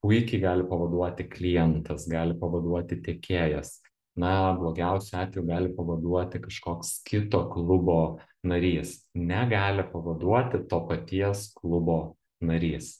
puikiai gali pavaduoti klientas gali pavaduoti tiekėjas na blogiausiu atveju gali pavaduoti kažkoks kito klubo narys negali pavaduoti to paties klubo narys